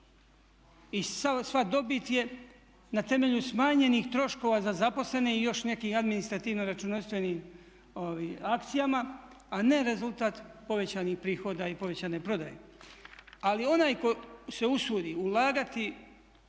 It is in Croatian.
i sva dobit je na temelju smanjenih troškova za zaposlene i još nekih administrativno-računovodstvenih akcijama, a ne rezultat povećanih prihoda i povećane prodaje. Ali onaj tko se usudi ulagati